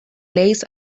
lace